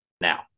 now